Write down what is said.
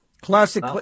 Classic